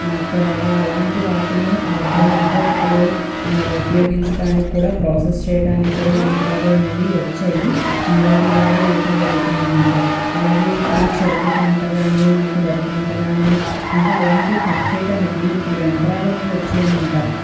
పేడ అలాంటి వాటిని ఆర్గానిగ్గా ఇప్పుడు ఉపయోగించడానికి కూడా ప్రోసెస్ చేయడానికి కూడా యంత్రాలు అనేవి వచ్చాయి వాటి ద్వారా వెయ్యటం జరుగుతుందనమాట అలాగే ఇప్పుడు చెరుకు పంట కానీ మనకి వరి పంట కానీ ఇంకా అలాంటివి కట్ చేయటానికి ఇప్పుడు యంత్రాలనేవి వచ్చాయనమాట